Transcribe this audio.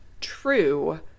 true